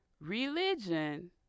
religion